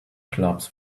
clubs